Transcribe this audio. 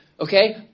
Okay